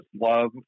love